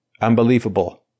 unbelievable